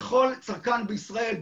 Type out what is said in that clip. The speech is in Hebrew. לכל צרכן בישראל,